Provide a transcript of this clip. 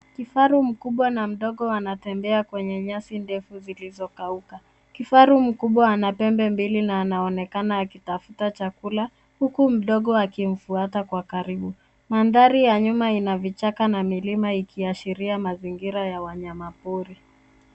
Kifaru mkubwa na mdogo wanatembea kwenye nyasi ndefu zilizokauka. Kifaru mkubwa ana pembe mbili na anaonekana akitafuta chakula, huku mdogo akimfuata kwa karibu. Mandhari ya nyuma ina vichaka na milima ikiashiria mazingira ya wanyama pori.